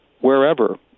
wherever